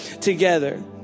together